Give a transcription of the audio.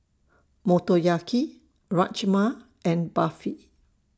Motoyaki Rajma and Barfi